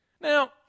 Now